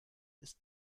ist